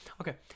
Okay